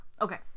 Okay